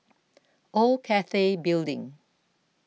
Old Cathay Building